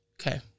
Okay